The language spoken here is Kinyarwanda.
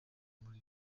muri